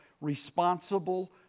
responsible